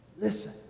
Listen